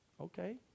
Okay